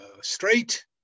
straight